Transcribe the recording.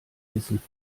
wissen